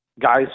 guys